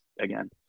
again